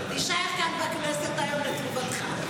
תישאר כאן בכנסת היום, לטובתך.